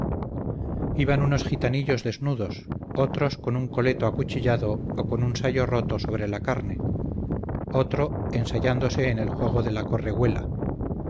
iban unos gitanillos desnudos otros con un coleto acuchillado o con un sayo roto sobre la carne otro ensayándose en el juego de la